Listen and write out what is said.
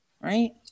right